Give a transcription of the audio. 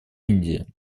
индия